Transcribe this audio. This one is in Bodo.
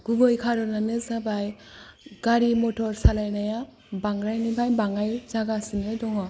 गुबै खारनानो जाबाय गारि मथर सालायनाया बांद्रायनायनिफ्राय बाङाइ जागासिनो दङ